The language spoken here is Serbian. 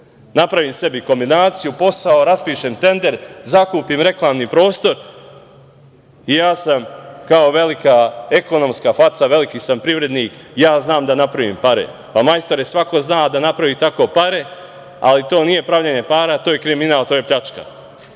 Napravim sebi kombinaciju, posao, raspišem tender, zakupim reklami prostor i ja sam velika ekonomska faca, veliki sam privrednik, ja znam da napravim pare. Majstore, svako zna da napravi tako pare, ali to nije pravljenje para to je kriminal, to je pljačka. Nije